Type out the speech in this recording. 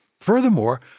Furthermore